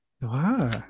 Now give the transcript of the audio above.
Wow